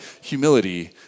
humility